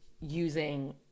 using